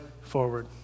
forward